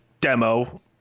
demo